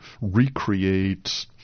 recreate